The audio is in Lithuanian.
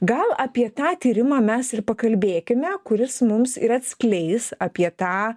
gal apie tą tyrimą mes ir pakalbėkime kuris mums ir atskleis apie tą